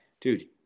dude